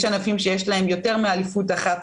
יש ענפים שיש להם יותר מאליפות אחת,